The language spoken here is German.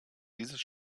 dieses